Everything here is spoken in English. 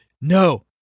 No